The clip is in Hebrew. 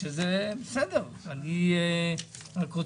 שזה בסדר, השאלה אם אפשר